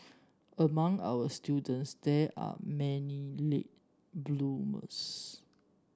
among our students there are many late bloomers